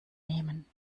nehmen